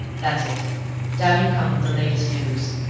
that's it down you come with the latest news!